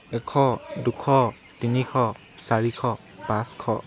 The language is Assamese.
এশ দুশ তিনিশ চাৰিশ পাঁচশ